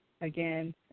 again